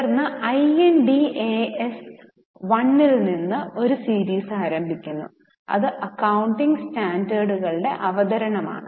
തുടർന്ന് I N D AS 1 ൽ നിന്ന് ഒരു സീരീസ് ആരംഭിക്കുന്നു ഇത് അക്കൌണ്ടിംഗ് സ്റ്റാൻഡേർഡുകളുടെ അവതരണമാണ്